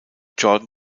jordan